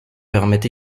permet